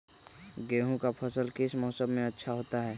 गेंहू का फसल किस मौसम में अच्छा होता है?